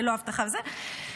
ללא אבטחה וכו',